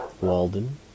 Walden